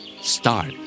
Start